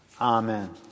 Amen